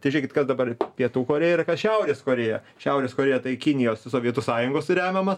tai žiūrėkit kas dabar pietų korėja ir šiaurės korėja šiaurės korėja tai kinijos ir sovietų sąjungos remiama